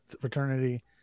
fraternity